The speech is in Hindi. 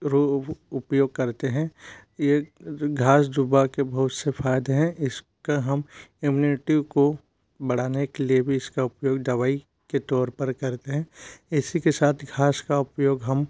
रु उपयोग करते हैं ये घास दुब के बहुत से फ़ायदे हैं इसका हम इम्यूनिटी को बढ़ाने के लिए भी इसका उपयोग दवाई के तौर पर करते हैं इसी के साथ घास का उपयोग हम